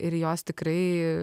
ir jos tikrai